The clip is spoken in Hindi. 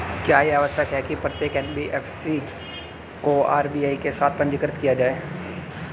क्या यह आवश्यक है कि प्रत्येक एन.बी.एफ.सी को आर.बी.आई के साथ पंजीकृत किया जाए?